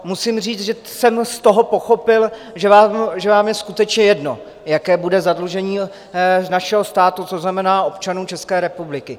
Musím říct, že jsem z toho pochopil, že vám je skutečně jedno, jaké bude zadlužení našeho státu, což znamená občanů České republiky.